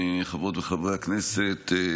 חברות וחברי הכנסת,